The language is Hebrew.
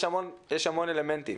יש המון אלמנטים.